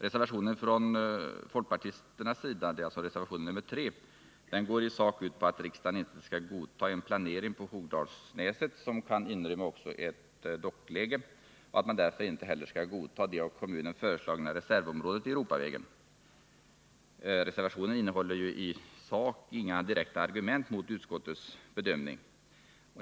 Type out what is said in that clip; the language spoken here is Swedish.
Reservationen nr 3 från folkpartisterna går i sak ut på att riksdagen inte skall godta en planering på Hogdalsnäset, som kan inrymma också ett dockläge, och att man därför inte heller skall godta det av kommunen föreslagna reservområdet vid Europavägen. Reservationen innehåller ju i sak inga direkta argument mot utskottets bedömning.